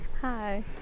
Hi